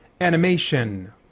animation